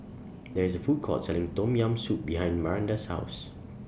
There IS A Food Court Selling Tom Yam Soup behind Maranda's House